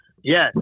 Yes